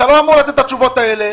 אתה לא אמור לתת את התשובות האלה,